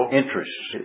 interests